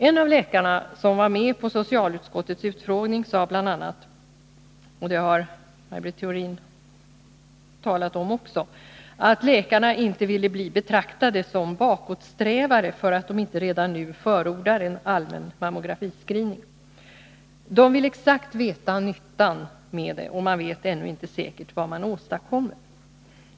En av läkarna som var med vid socialutskottets utfrågning sade bl.a. — vilket också Maj Britt Theorin talat om — att läkarna inte ville bli betraktade som bakåtsträvare, därför att de inte redan nu förordar en allmän mammografiscreening. De vill exakt veta nyttan med den, och man vet ännu inte säkert vad man åstadkommer.